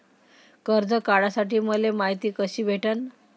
कर्ज काढासाठी मले मायती कशी भेटन?